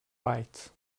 right